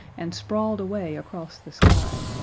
and sprawled away across the sky.